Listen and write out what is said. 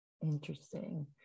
Interesting